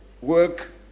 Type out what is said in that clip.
work